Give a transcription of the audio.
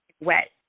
wet